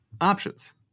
options